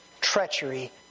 treachery